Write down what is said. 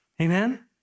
Amen